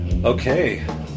Okay